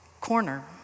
corner